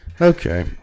Okay